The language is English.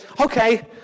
okay